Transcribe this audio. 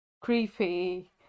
creepy